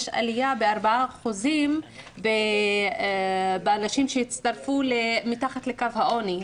יש עליה ב-4% בנשים שהצטרפו מתחת לקו העוני,